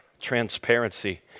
transparency